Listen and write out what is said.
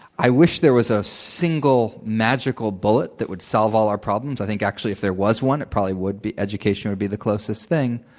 i wish there was a single magical bullet that would solve all our problems. i think actually if there was one it probably would be education would be the closest thing.